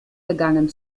gegangen